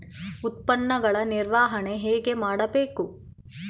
ಉತ್ಪನ್ನಗಳ ನಿರ್ವಹಣೆ ಹೇಗೆ ಮಾಡಬೇಕು?